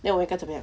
then 我应该怎么样